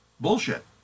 bullshit